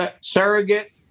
surrogate